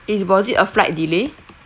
it's was it a flight delay